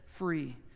free